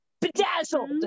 bedazzled